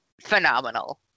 phenomenal